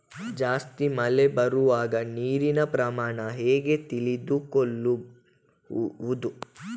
ಜಾಸ್ತಿ ಮಳೆ ಬರುವಾಗ ನೀರಿನ ಪ್ರಮಾಣ ಹೇಗೆ ತಿಳಿದುಕೊಳ್ಳುವುದು?